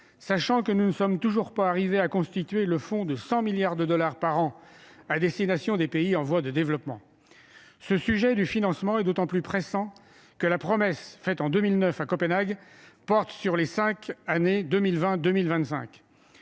sachant que nous ne sommes toujours pas arrivés à constituer le fonds de 100 milliards de dollars par an à destination des pays en voie de développement. Ce sujet du financement est d'autant plus pressant que la promesse de ce fonds, faite en 2009 à Copenhague, porte sur les cinq années 2020-2025.